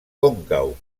còncau